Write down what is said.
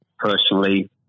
personally